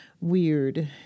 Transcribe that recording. weird